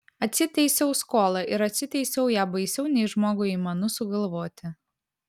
atsiteisiau skolą ir atsiteisiau ją baisiau nei žmogui įmanu sugalvoti